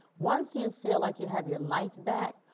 once you feel like you have your life back,